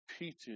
repeated